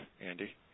Andy